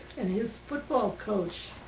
and his football coach.